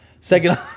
Second